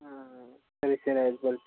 ಹಾಂ ಸರಿ ಸರಿ ಆಯ್ತು ಬರ್ರಿ